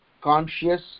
conscious